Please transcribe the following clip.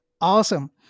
Awesome